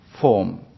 form